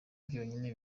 byonyine